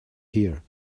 here